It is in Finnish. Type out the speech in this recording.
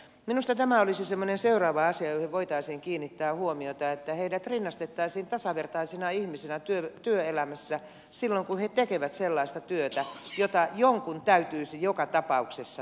minusta tämä olisi semmoinen seuraava asia johon voitaisiin kiinnittää huomiota että heidät rinnastettaisiin tasavertaisina ihmisinä työelämässä silloin kun he tekevät sellaista työtä jota jonkun täytyisi joka tapauksessa tehdä